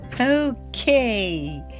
Okay